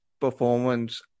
performance